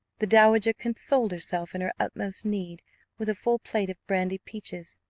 the dowager consoled herself in her utmost need with a full plate of brandy peaches,